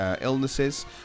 illnesses